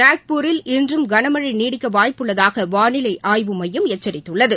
நாக்பூரில் இன்றும் கனமழை நீடிக்க வாய்ப்புள்ளதாக வானிலை ஆய்வு மையம் எச்சித்துள்ளது